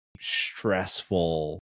stressful